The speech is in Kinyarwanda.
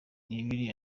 n’ibiri